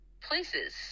places